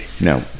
No